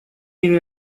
you